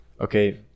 okay